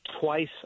twice